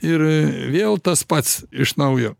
ir vėl tas pats iš naujo